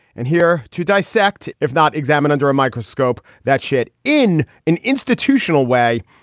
and here to dissect, if not examine under a microscope that shit in an institutional way.